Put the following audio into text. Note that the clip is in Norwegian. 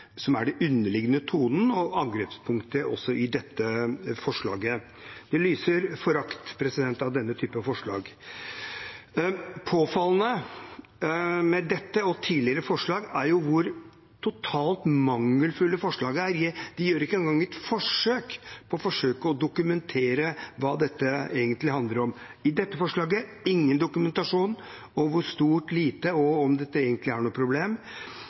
underliggende tonen og angrepspunktet også i dette forslaget. Det lyser forakt av denne typen forslag. Det påfallende med dette og tidligere forslag er hvor totalt mangelfulle forslagene er. De gjør ikke engang et forsøk på å dokumentere hva dette egentlig handler om. I dette forslaget er det ingen dokumentasjon på hvor stort eller lite problem dette er, eller om det egentlig er noe problem